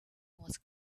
was